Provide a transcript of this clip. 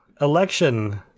election